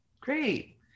great